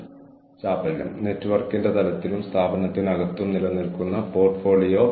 തുടർന്ന് സമയം വരുമ്പോൾ ഫലത്തിനായി ഇതാണ് മധ്യസ്ഥ പ്രക്രിയ